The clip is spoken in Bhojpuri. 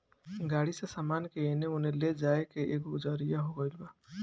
गाड़ी से सामान के एने ओने ले जाए के एगो जरिआ हो गइल बा